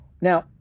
Now